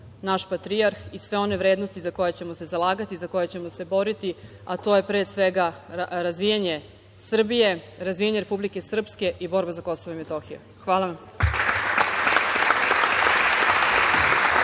naš patrijarh i sve one vrednosti za koje ćemo se zalagati, za koje ćemo se boriti, a to je pre svega razvijanje Srbije, razvijanje Republike Srpske i borba za Kosovo i Metohiju. Hvala.